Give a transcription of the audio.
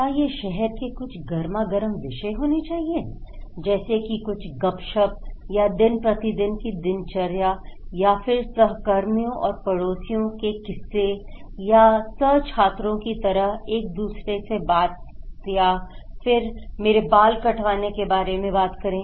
क्या यह शहर के कुछ गरमा गरम विषय होने चाहिए जैसे की कुछ गपशप या दिन प्रतिदिन की दिनचर्या या फिर सहकर्मियों और पड़ोसियों के किस्से या सह छात्रों की तरह एक दूसरे से बात या फिर मेरे बाल कटवाने के बारे में बात करें